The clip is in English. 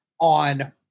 on